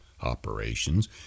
operations